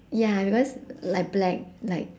ya because like black like